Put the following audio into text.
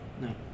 No